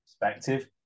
perspective